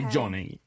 Johnny